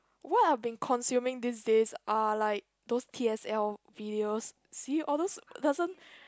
what I've been consuming these days are like those T_S_L videos see all those doesn't